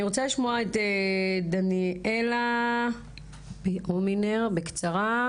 אני רוצה לשמוע את דניאלה הומינר בקצרה,